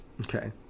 okay